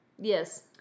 Yes